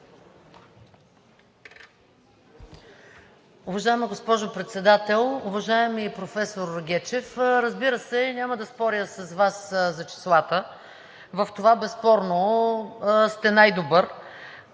Уважаема госпожо Председател! Уважаеми професор Гечев, разбира се, няма да споря с Вас за числата. В това безспорно сте най-добър.